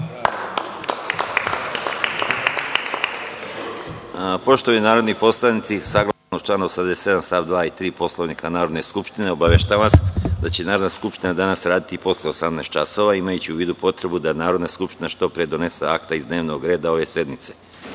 Hvala. Poštovani narodni poslanici, saglasno članu 87. st. 2. i 3. Poslovnika Narodne skupštine, obaveštavam vas da će Narodna skupština danas raditi i posle 18,00 časova, imajući u vidu potrebu da Narodna skupština što pre donese akta iz dnevnog reda ove sednice. Sada